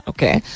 Okay